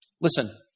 Listen